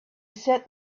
said